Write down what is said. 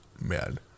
man